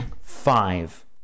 five